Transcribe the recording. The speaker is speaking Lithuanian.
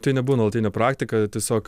tai nebuvo nuolatinė praktika tiesiog